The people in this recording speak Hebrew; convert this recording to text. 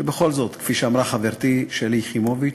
שבכל זאת, כפי שאמרה חברתי שלי יחימוביץ,